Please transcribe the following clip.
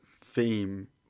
theme